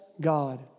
God